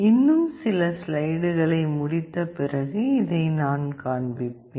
இன்னும் சில ஸ்லைடுகளை முடித்த பிறகு இதை நான் காண்பிப்பேன்